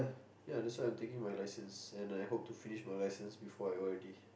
ya that's why I'm taking my licence and I hope to finish my licence before I O_R_D